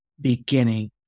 beginning